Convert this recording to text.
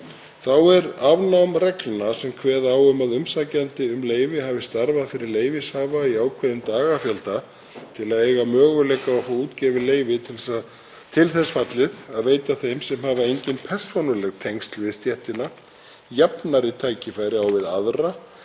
Þá er afnám reglna sem kveða á um að umsækjandi um leyfi hafi starfað fyrir leyfishafa í ákveðinn dagafjölda til að eiga möguleika á að fá útgefið leyfi til þess fallið að veita þeim sem hafa engin persónuleg tengsl við stéttina jafnari tækifæri á við aðra